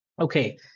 Okay